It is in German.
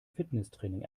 fitnesstraining